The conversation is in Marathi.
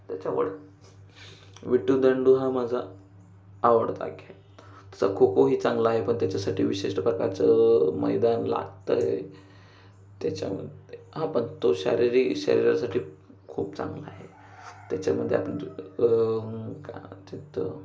त्याच्यावर विट्टीदांडू हा माझा आवडता खेळ तसा खो खोही चांगला आहे पण त्याच्यासाठी विशिष्ट प्रकारचं मैदान लागतं आहे त्याच्यामध्ये हा पण तो शारीरी शरीरासाठी खूप चांगला आहे त्याच्यामध्ये आपण का तिथं